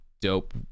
dope